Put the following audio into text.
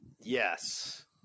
Yes